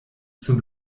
zum